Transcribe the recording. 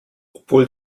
obwohl